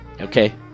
Okay